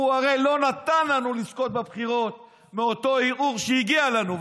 הוא הרי לא נתן לנו לזכות בבחירות מאותו ערעור שהגיע לנו,